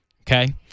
okay